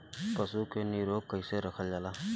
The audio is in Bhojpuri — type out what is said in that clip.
पशु के निरोग कईसे रखल जाला?